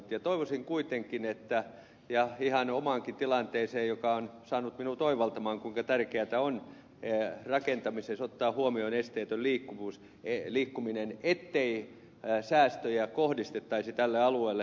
toivoisin kuitenkin ihan omakin tilanne on saanut minut oivaltamaan kuinka tärkeätä on rakentamisessa ottaa huomioon esteetön liikkuminen ettei säästöjä kohdistettaisi tälle alueelle